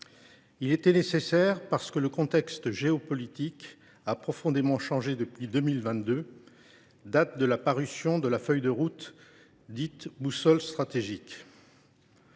Il était nécessaire, parce que le contexte géopolitique a profondément changé depuis 2022, date de la parution de la feuille de route dite boussole stratégique.